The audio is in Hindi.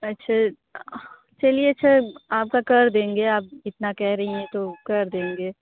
अच्छा हाँ चलिए च अच्छा कर देंगे आप इतना कह रही हैं तो कर देंगे